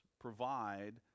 provide